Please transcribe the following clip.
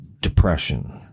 depression